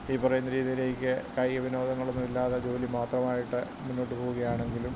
ഈ പറയുന്ന രീതിയിലേക്കു കായിക വിനോദങ്ങൾ ഒന്നുമില്ലാതെ ജോലി മാത്രമായിട്ട് മുന്നോട്ടു പോകുകയാണെങ്കിലും